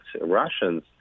Russians